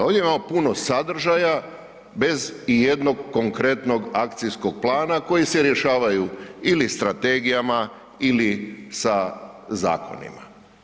Ovdje imamo puno sadržaja bez ijednog konkretnog akcijskog plana koji se rješavaju ili strategijama ili sa zakonima.